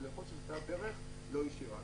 אבל יכול להיות שהייתה דרך לא ישירה.